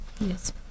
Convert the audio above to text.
Yes